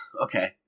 Okay